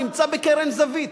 נמצא בקרן זווית,